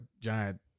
giant